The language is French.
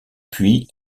puis